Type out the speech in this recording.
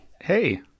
Hey